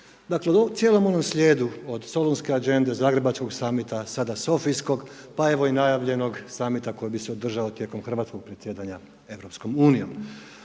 Dakle, u cijelom onom slijedu od Solunske adžende, Zagrebačkog samita, sada Sofijskog, pa evo i najavljenog Samita koji bi se održao tijekom hrvatskog predsjedanja EU-om.